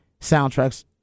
soundtracks